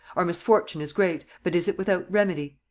our misfortune is great, but is it without remedy?